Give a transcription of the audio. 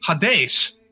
Hades